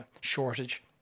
shortage